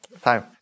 time